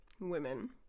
women